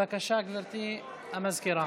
בבקשה, גברתי המזכירה.